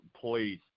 please